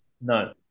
No